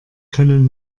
können